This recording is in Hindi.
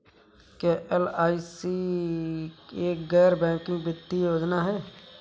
क्या एल.आई.सी एक गैर बैंकिंग वित्तीय योजना है?